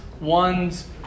one's